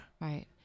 Right